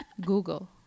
Google